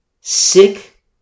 sick